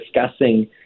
discussing